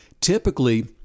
Typically